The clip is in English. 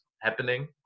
happening